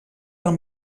del